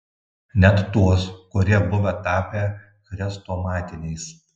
net tuos kurie buvo tapę chrestomatiniais